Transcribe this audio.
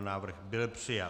Návrh byl přijat.